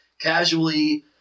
casually